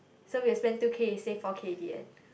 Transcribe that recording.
so we will spend two K save four K at the end